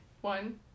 One